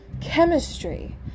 chemistry